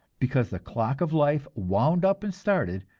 because the clock of life, wound up and started,